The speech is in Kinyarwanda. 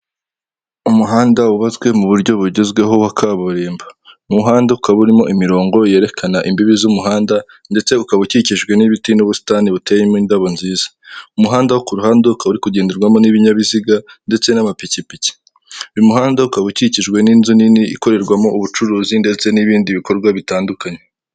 Umuhanda wubatswe mu buryo bugezweho wa kaburimbo. Umuhanda ukaba urimo imirongo yerekana imbibi z'umuhanda ndetse ukaba ukikijwe n'ibiti n'ubusitani buteyemo indabo nziza. Umuhanda wo kuruhande ukaba uri kugenderwamo n'ibinyabiziga ndetse n'amapikipiki. Uyu muhanda ukaba ukikijwe n'inzu nini ikorerwamo ubucuruzi ndetse n'ibindi bikorwa bitandukanye.